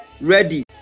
ready